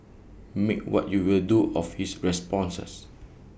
make what you will do of his responses